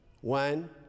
One